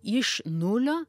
iš nulio